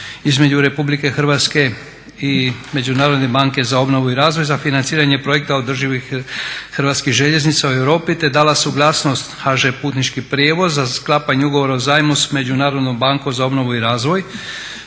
između Republike Hrvatske i Međunarodne banke za obnovu i razvoj za financiranje projekta održivih Hrvatskih željeznica u Europi te dala suglasnost HŽ Putnički prijevoz za sklapanje ugovora o zajmu s Međunarodnom bankom za obnovu i razvoj.